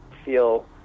feel